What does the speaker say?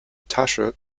tasche